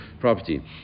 property